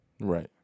right